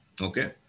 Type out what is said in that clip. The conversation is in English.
Okay